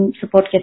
support